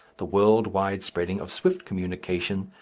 the world-wide spreading of swift communication,